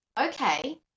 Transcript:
okay